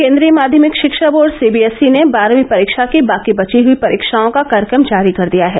केन्द्रीय माध्यमिक शिक्षा बोर्ड सीबीएसई ने बारहवीं परीक्षा की बाकी बची हुई परीक्षाओं का कार्यक्रम जारी कर दिया है